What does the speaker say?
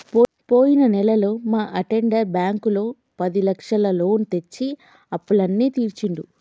పోయిన నెలలో మా అటెండర్ బ్యాంకులో పదిలక్షల లోను తెచ్చి అప్పులన్నీ తీర్చిండు